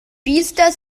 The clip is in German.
biester